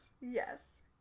yes